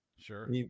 Sure